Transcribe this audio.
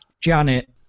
Janet